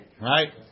Right